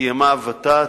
קיימה ות"ת,